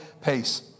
pace